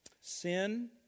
Sin